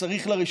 וצריך לומר,